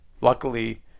luckily